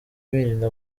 birinda